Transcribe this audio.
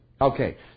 Okay